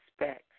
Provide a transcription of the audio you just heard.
expect